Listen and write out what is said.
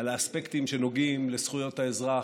על האספקטים שנוגעים לזכויות האזרח,